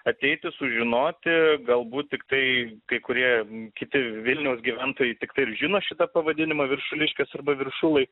ateiti sužinoti galbūt tiktai kai kurie kiti vilniaus gyventojai tiktai ir žino šitą pavadinimą viršuliškės arba viršulai